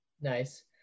nice